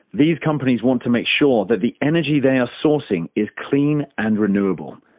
these companies want to make sure that the energy they are sourcing is clean and renewable.